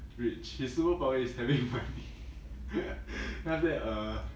rich his superpower is having money then after that err